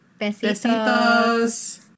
besitos